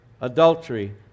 adultery